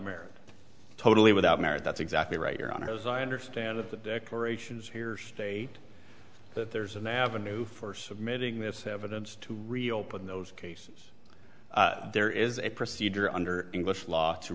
merit totally without merit that's exactly right your honor as i understand it the declarations here state that there's an avenue for submitting this evidence to reopen those cases there is a procedure under english law to